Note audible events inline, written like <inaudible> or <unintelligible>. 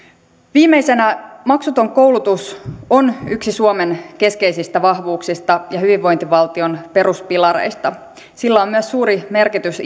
viimeisenä maksuton koulutus on yksi suomen keskeisistä vahvuuksista ja hyvinvointivaltion peruspilareista sillä on myös suuri merkitys <unintelligible>